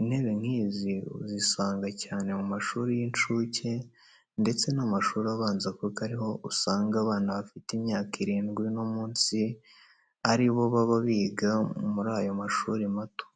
intebe nk'izi uzisanga cyane mu mashuri y'incuke ndetse n'amashuri abanza kuko ariho usanga abana bafite imyaka irindwi no munsi ari bo baba biga muri ayo mashuri mato.